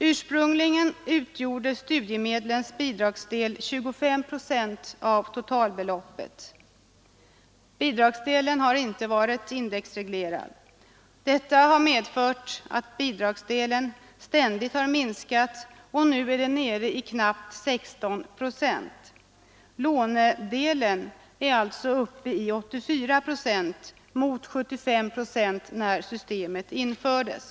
Ursprungligen utgjorde studiemedlens bidragsdel 25 procent av totalbeloppet. Bidragsdelen har inte varit indexreglerad. Detta har medfört att bidragsdelen ständigt har minskat och nu är nere i knappt 16 procent. Lånedelen är alltså uppe i 84 procent mot 75 procent när systemet infördes.